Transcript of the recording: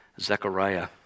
Zechariah